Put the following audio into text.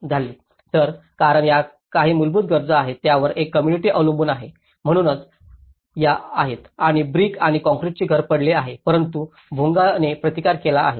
तर कारण या काही मूलभूत गरजा आहेत ज्यावर एक कोम्मुनिटी अवलंबून आहे म्हणूनच या आहेत आणि ब्रिक आणि काँक्रीटचे घर पडले आहे परंतु बोंगाने प्रतिकार केला आहे